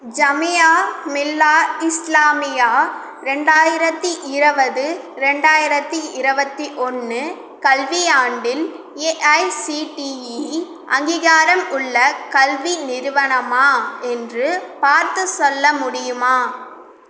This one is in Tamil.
ஜமியா மில்லா இஸ்லாமியா ரெண்டாயிரத்து இருவது ரெண்டாயிரத்தி இருவத்தி ஒன்று கல்வியாண்டில் ஏஐசிடிஇ அங்கீகாரமுள்ள கல்வி நிறுவனமா என்று பார்த்துச் சொல்ல முடியுமா